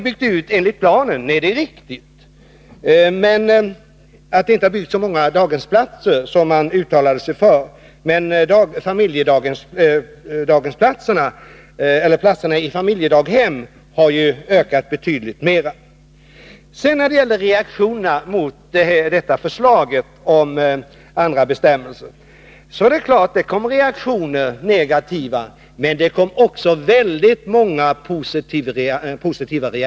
Anita Persson säger vidare att det inte har skett en utbyggnad av daghemsplatserna enligt den plan som förelegat, och det är riktigt. Däremot har antalet familjedaghemsplatser ökat betydligt. Det är givet att det kom många negativa reaktioner mot förslaget om andra bestämmelser, men det kom också många positiva.